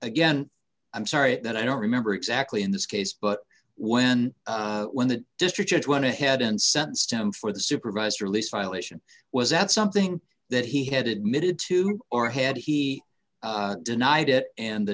again i'm sorry that i don't remember exactly in this case but when when the district judge went ahead and sentenced him for the supervised release violation was that something that he had admitted to our head he denied it and the